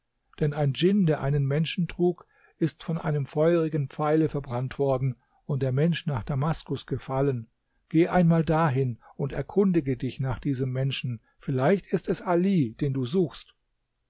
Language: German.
denn ein djinn der einen menschen trug ist von einem feurigen pfeile verbrannt worden und der mensch nach damaskus gefallen geh einmal dahin und erkundige dich nach diesem menschen vielleicht ist es ali den du suchst